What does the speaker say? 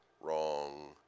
Wrong